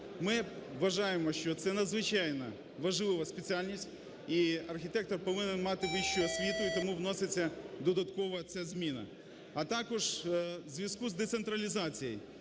Ми вважаємо, що це надзвичайно важлива спеціальність і архітектор повинен мати вищу освіту, і тому вноситься додатково ця зміна. А також у зв'язку з децентралізацією